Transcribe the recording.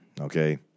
Okay